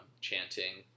chanting